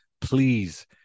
please